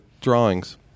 drawings